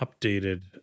updated